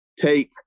take